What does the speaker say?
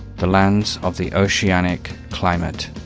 the lands of the oceanic climate.